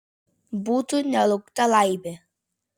būtų nelaukta laimė